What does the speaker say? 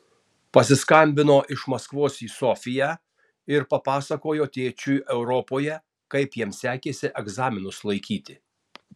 pasiskambino iš maskvos į sofiją ir papasakojo tėtušiui europoje kaip jam sekėsi egzaminus laikyti